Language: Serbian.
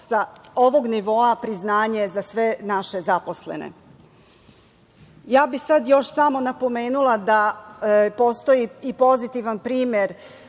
sa ovog nivoa priznanje za sve naše zaposlene. Sad bih još samo napomenula da postoji i pozitivan primer.